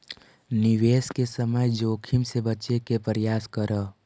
निवेश के समय जोखिम से बचे के प्रयास करऽ